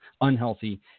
unhealthy